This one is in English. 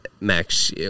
Max